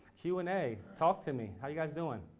q and a, talk to me. how are you guys doing?